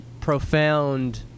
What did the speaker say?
profound